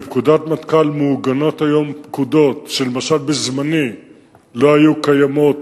בפקודת מטכ"ל מעוגנות היום פקודות שלמשל בזמני לא היו קיימות,